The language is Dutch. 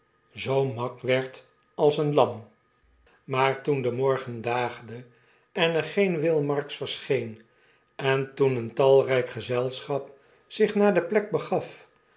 zoo mak werd als een lam maar toen de morgen daagde en er geen will marks verscheen en toen een talryk gezelschap zich naar de plek begaf